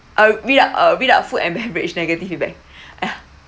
(uh read out uh read out food and beverage negative feedback